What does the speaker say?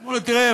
אומר לו: תראה,